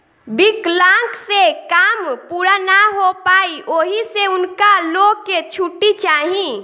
विकलांक से काम पूरा ना हो पाई ओहि से उनका लो के छुट्टी चाही